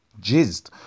Jizzed